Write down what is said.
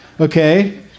Okay